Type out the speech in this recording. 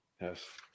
Yes